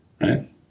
right